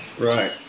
Right